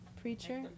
preacher